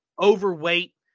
overweight